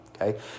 okay